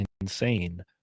insane